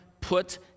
Put